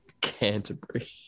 Canterbury